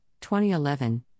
2011